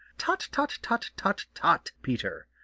tut, tut, tut, tut, tut, peter!